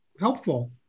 helpful